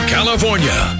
California